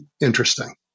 interesting